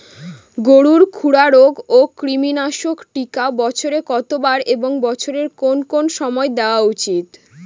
গরুর খুরা রোগ ও কৃমিনাশক টিকা বছরে কতবার এবং বছরের কোন কোন সময় দেওয়া উচিৎ?